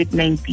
19